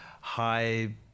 high